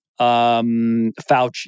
Fauci